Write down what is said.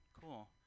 Cool